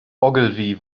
ogilvy